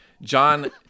John